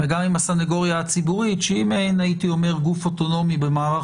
וגם עם הסנגוריה הציבורית שהיא מעין גוף אוטונומי במערך